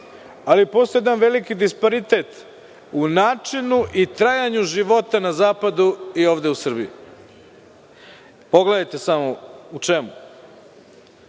Ali, postoji jedan veliki disparitet u načinu i trajanju života na zapadu i ovde u Srbiji. Pogledajte u čemu,